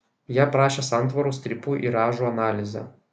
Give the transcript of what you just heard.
ji aprašė santvarų strypų įrąžų analizę